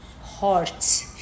heart